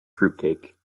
fruitcake